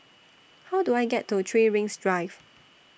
How Do I get to three Rings Drive